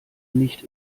nicht